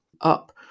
up